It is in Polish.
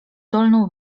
dolną